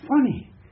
funny